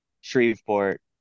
Shreveport